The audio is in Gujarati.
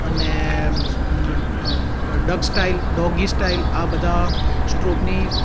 અને ડક સ્ટાઇલ ડોગી સ્ટાઇલ આ બધા સ્ટ્રોકની